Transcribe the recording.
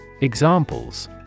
Examples